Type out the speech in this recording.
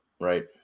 right